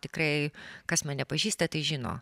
tikrai kas mane pažįsta žino